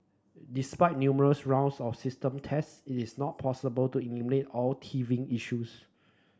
despite numerous rounds of system tests it is not possible to eliminate all teething issues